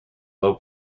low